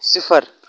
صِفر